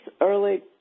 early